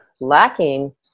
lacking